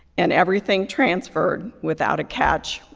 and everything transferred without a catch.